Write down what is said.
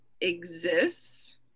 exists